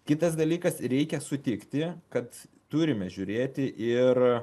kitas dalykas reikia sutikti kad turime žiūrėti ir